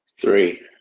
Three